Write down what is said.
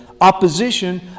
opposition